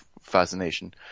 fascination